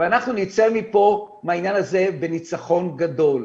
ואנחנו נצא מפה מהעניין הזה בניצחון הגדול.